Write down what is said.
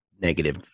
negative